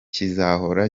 kizahora